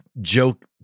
joke